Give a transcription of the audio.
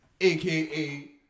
AKA